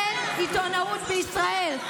אין עיתונאות בישראל.